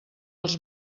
els